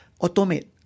automate